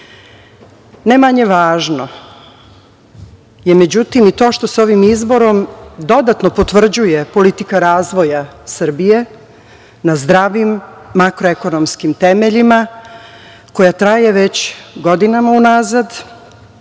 manje važno je međutim i to što se ovim izborom dodatno potvrđuje politika razvoja Srbije na zdravim makroekonomskim temeljima koja traje već godinama unazad,